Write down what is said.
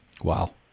Wow